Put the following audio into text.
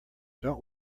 don’t